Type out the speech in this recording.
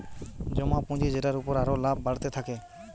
জমা পুঁজি যেটার উপর আরো লাভ বাড়তে থাকে